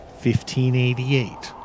1588